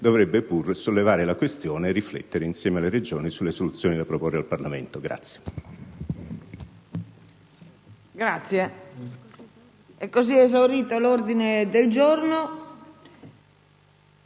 dovrebbe pur sollevare la questione e riflettere insieme alle Regioni sulle soluzioni da proporre al Parlamento.